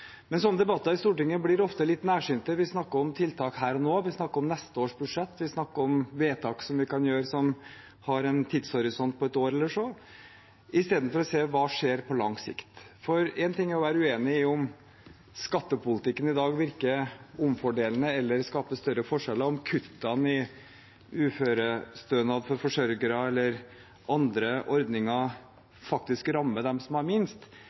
Men slike debatter i Stortinget blir ofte litt nærsynte. Vi snakker om tiltak her og nå, vi snakker om neste års budsjett, vi snakker om vedtak vi kan gjøre som har en tidshorisont på et år eller så, istedenfor å se hva som skjer på lang sikt. Én ting er å være uenige om hvorvidt skattepolitikken i dag virker omfordelende eller skaper større forskjeller, om kuttene i uførestønad for forsørgere eller andre ordninger faktisk rammer dem som har minst,